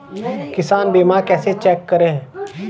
किसान बीमा कैसे चेक करें?